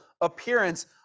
appearance